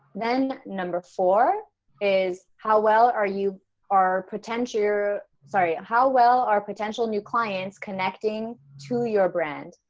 then number four is how well are you are pretend you're sorry how well are potential new clients connecting to your brand?